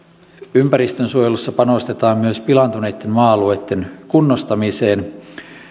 ympäristönsuojelussa panostetaan myös pilaantuneitten maa alueitten kunnostamiseen